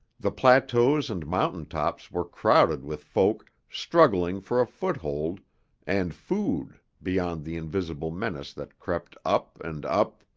the plateaus and mountaintops were crowded with folk struggling for a foothold and food beyond the invisible menace that crept up, and up